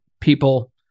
people